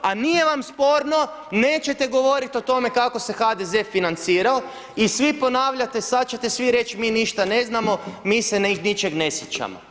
A nije vam sporno, nećete govoriti o tome kako se HDZ financirao i svi ponavljate sada ćete svi reći, mi ništa ne znamo, mi se ničeg ne sjećamo.